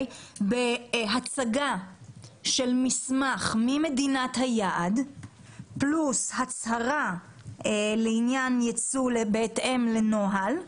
בהצגה של מסמך ממדינת היעד פלוס הצהרה לעניין יצוא בהתאם לנוהל,